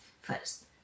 first